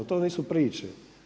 To nisu priče.